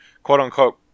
quote-unquote